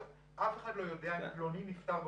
אף אחד לא יודע אם פלוני נפטר באוסטרליה,